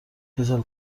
کسل